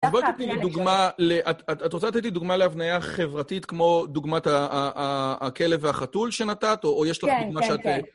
בואי תתני לי דוגמה, את רוצה לתת לי דוגמה להבניה חברתית כמו דוגמת הכלב והחתול שנתת? או יש לך דוגמה שאת...